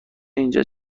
اینجا